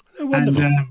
Wonderful